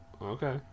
Okay